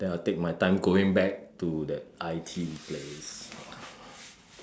then I take my time going back to that I_T place